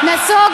ממש לא.